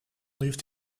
lived